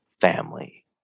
family